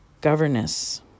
governess